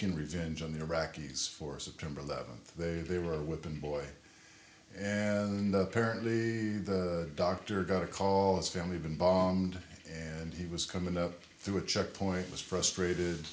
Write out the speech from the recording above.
g revenge on the iraqis for september eleventh they they were weapon boy and apparently the doctor got a call this family been bombed and he was coming up through a checkpoint was frustrated